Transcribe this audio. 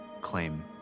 claim